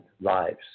lives